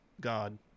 god